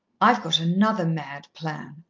i've got another mad plan,